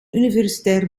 universitair